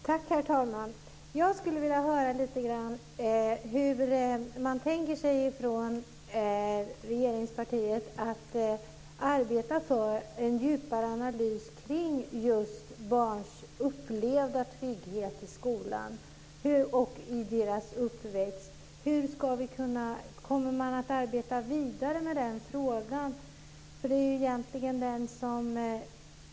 Herr talman! Jag skulle vilja höra lite grann hur man från regeringspartiet tänker sig att arbeta för en djupare analys kring just barns upplevda trygghet i skolan och i deras uppväxt. Kommer man att arbeta vidare med den frågan?